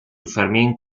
fermín